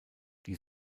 die